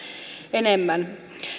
enemmän